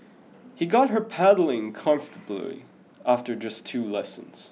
he got her pedaling comfortably after just two lessons